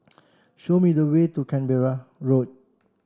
show me the way to Canberra Road